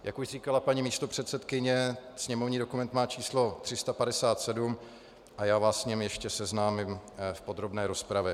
Jak už říkala paní místopředsedkyně, sněmovní dokument má č. 357 a já vás s ním ještě seznámím v podrobné rozpravě.